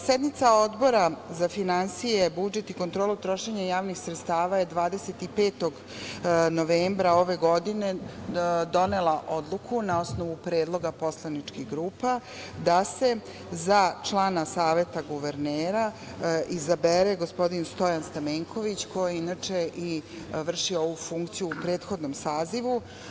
Sednica Odbora za finansije, budžet i kontrolu trošenja javnih sredstava je 25. novembra 2021. godine, donela Odluku na osnovu predloga poslaničkih grupa da se za člana Saveta guvernera izabere gospodin Stojan Stamenković koji, inače i vrši ovu funkciju u prethodnom sazivu.